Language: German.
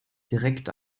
direkt